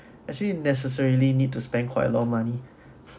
actually necessarily need to spend quite a lot of money